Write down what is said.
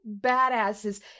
badasses